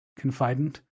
confidant